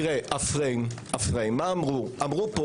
מה אמרו פה